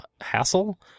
hassle